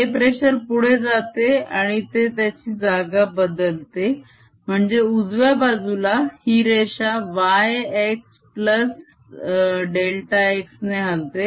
हे प्रेशर पुढे जाते आणि ते त्याची जागा बदलते म्हणजे उजव्या बाजूला ही रेषा yx डेल्टा x ने हलते